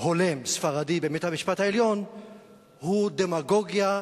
הולם ספרדי בבית-המשפט העליון הוא דמגוגיה,